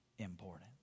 important